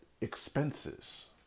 expenses